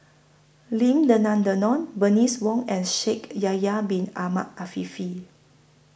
Lim Denan Denon Bernice Wong and Shaikh Yahya Bin Ahmed Afifi